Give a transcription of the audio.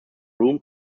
room